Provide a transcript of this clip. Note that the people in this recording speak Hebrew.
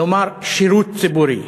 לומר שירות ציבורי.